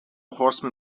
horsemen